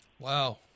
Wow